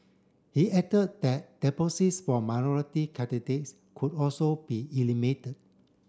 he added that deposits for minority candidates could also be eliminated